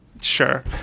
sure